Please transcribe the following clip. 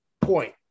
point